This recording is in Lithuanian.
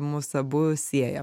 mus abu sieja